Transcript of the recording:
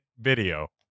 video